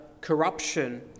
corruption